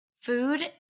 Food